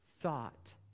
thought